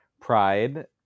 pride